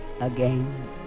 again